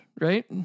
right